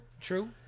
true